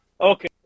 Okay